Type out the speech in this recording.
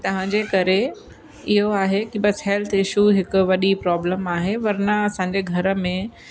तंहिंजे करे इहो आहे की बसि हेल्थ इशू हिकु वॾी प्रॉब्लम आहे वरना असांजे घर में